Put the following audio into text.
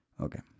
Okay